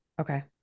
Okay